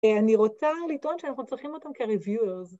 אני רוצה לטעון שאנחנו צריכים אותם כ-reviewers.